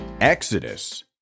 Exodus